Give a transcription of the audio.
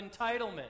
entitlement